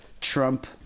Trump